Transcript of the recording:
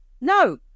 No